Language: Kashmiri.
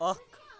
اکھ